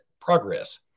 progress